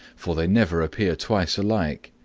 for they never appear twice alike.